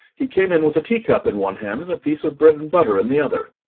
he came in with a teacup in one hand and a piece of bread-and-butter in the other.